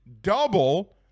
double